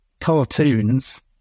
cartoons